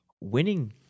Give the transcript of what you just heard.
winning